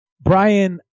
Brian